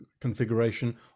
configuration